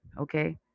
okay